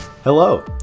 Hello